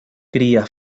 cría